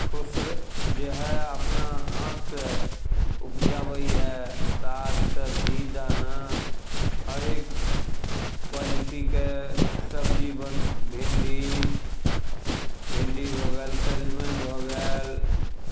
खुश जे हए अपना हाथसँ उपजबै हए साग सबजी दाना हरेक क्वालिटीके सबजी बन भिंडी भिंडी भऽ गेल सजमनि भऽ गेल